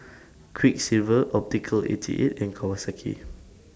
Quiksilver Optical eighty eight and Kawasaki